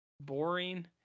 boring